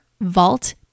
vault